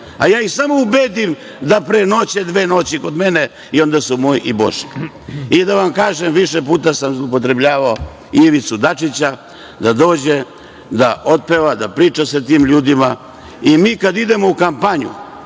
ja ih samo ubedim da prenoće dve noći kod mene i oni su moji i Božiji. I da vam priznam, više puta sam zloupotrebljavao Ivicu Dačića da dođe, da otpeva, da priča sa tim ljudima. Kad mi idemo u kampanju,